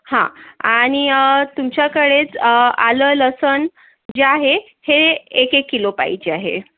हां आणि तुमच्याकडेच आलं लसूण जे आहे हे एक एक किलो पाहिजे आहे